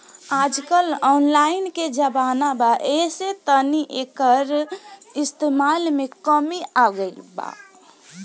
आजकल ऑनलाइन के जमाना बा ऐसे तनी एकर इस्तमाल में कमी आ गइल बा